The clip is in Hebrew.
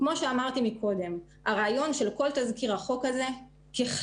כמו שאמרתי קודם הרעיון של כל תזכיר החוק הזה ככלל,